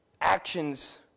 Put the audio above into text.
Actions